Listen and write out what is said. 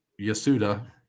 Yasuda